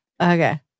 Okay